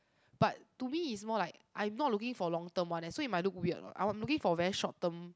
but to me is more like I'm not looking for long term one leh so it might look weird what I'm looking for very short term